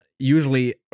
Usually